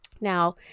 Now